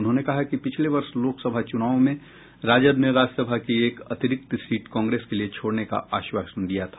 उन्होंने कहा कि पिछले वर्ष लोकसभा चुनाव में राजद ने राज्यसभा की एक अतिरिक्त सीट कांग्रेस के लिये छोड़ने का आश्वासन दिया था